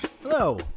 Hello